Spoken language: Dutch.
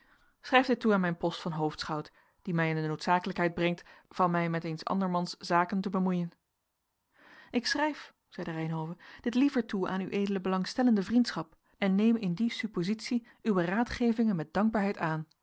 schrijf dit toe aan mijn post van hoofdschout die mij in de noodzakelijkheid brengt van mij met eens andermans zaken te bemoeien ik schrijf zeide reynhove dit liever toe aan ued belangstellende vriendschap en neem in die suppositie uwe raadgevingen met dankbaarheid aan